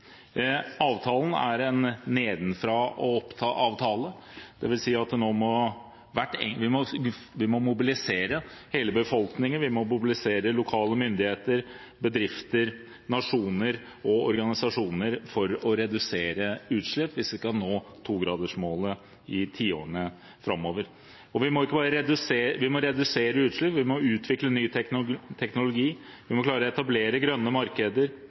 Avtalen er en nedenfra-og-opp-avtale, dvs. at vi må mobilisere hele befolkningen, lokale myndigheter, bedrifter, nasjoner og organisasjoner til å redusere utslipp hvis vi skal klare å nå togradersmålet i tiårene framover. Vi må redusere utslipp, vi må utvikle ny teknologi, vi må klare å etablere grønne markeder,